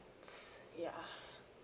ya